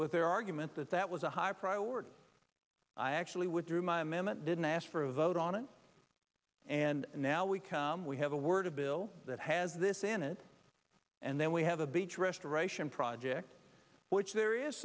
with their argument that that was a high priority i actually withdrew my m m it didn't ask for a vote on it and now we come we have a word a bill that has this in it and then we have a beach restoration project which there is